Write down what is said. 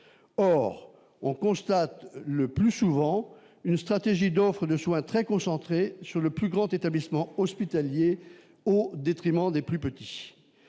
or on constate le plus souvent une stratégie d'offre de soins très concentré sur le plus grand établissement hospitalier au détriment des plus petits,